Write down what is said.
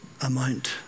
amount